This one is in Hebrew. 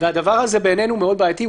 והדבר הזה בעינינו מאוד בעייתי.